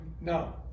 No